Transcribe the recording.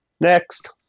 Next